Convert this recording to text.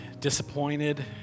Disappointed